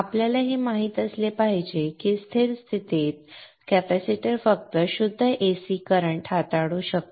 आपल्याला हे माहित असले पाहिजे की स्थिर स्थितीत कॅपेसिटर फक्त शुद्ध AC करंट हाताळू शकतो